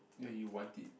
ya you want it